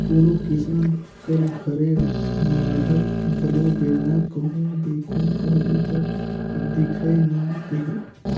कोनो किसान कर घरे माढ़ल घलो बेलना कहो देखहू कहबे ता दिखई नी देहे